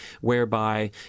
whereby